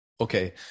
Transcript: okay